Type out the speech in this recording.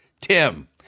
Tim